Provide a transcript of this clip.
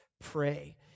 Pray